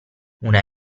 una